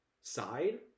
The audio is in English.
side